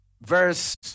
Verse